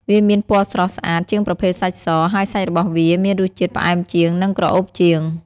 វាមានពណ៌ស្រស់ស្អាតជាងប្រភេទសាច់ស ហើយសាច់របស់វាមានរសជាតិផ្អែមជាង និងក្រអូបជាង។